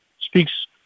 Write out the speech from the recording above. speaks